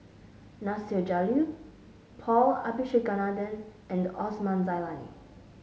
Nasir Jalil Paul Abisheganaden and Osman Zailani